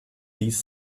these